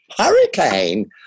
hurricane